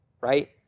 right